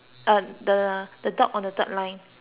the dog on the third line